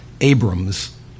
Abram's